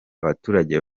abaturage